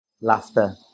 Laughter